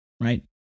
right